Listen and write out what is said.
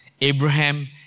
Abraham